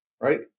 Right